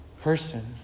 person